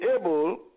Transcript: able